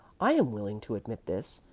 i am willing to admit this,